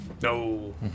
No